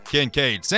Kincaid